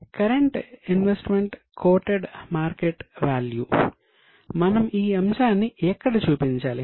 current investments quoted market value మనం ఈ అంశాన్ని ఎక్కడ చూపించాలి